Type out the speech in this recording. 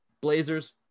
Blazers